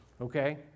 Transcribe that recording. Okay